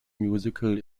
musical